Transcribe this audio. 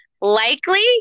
likely